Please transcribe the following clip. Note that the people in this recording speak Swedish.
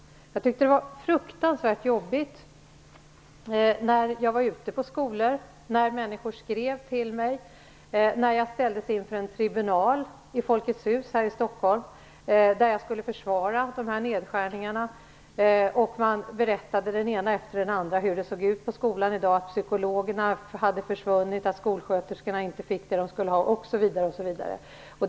Jag tyckte att det fruktansvärt jobbigt när jag var ute på skolor, när människor skrev till mig och när jag ställdes inför en tribunal i Folkets hus här i Stockholm, där jag skulle försvara nedskärningarna, och den ena efter den andra berättade hur det såg ut på skolorna: psykologerna hade försvunnit, skolsköterskorna fick inte det de skulle ha, osv.